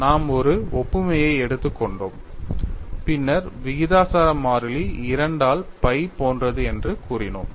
நாம் ஒரு ஒப்புமையை எடுத்துக் கொண்டோம் பின்னர் விகிதாசார மாறிலி 2 ஆல் pi போன்றது என்று கூறினோம்